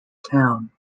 town